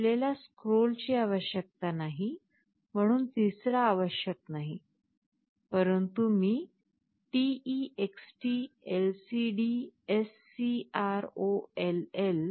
आपल्याला स्क्रोलची आवश्यकता नाही म्हणून तिसरा आवश्यक नाही परंतु मी TextLCDScroll